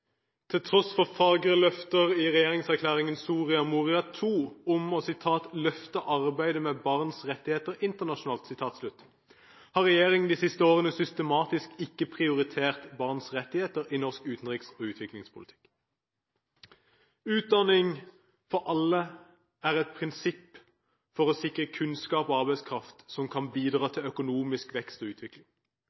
Til tross for fagre løfter i regjeringserklæringen Soria Moria II om å «løfte arbeidet med barns rettigheter internasjonalt» har regjeringen de siste årene systematisk ikke prioritert barns rettigheter i norsk utenriks- og utviklingspolitikk. Utdanning for alle er et prinsipp for å sikre kunnskap og arbeidskraft som kan bidra til økonomisk vekst og utvikling.